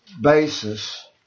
basis